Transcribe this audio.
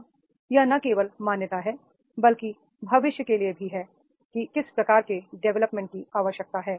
अब यह न केवल मान्यता है बल्कि भविष्य के लिए भी है कि किस प्रकार के डेवलपमेंट की आवश्यकता है